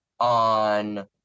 on